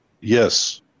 yes